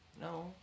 No